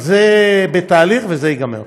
אבל זה בתהליך, וזה ייגמר.